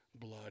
blood